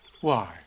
Why